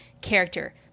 character